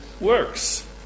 works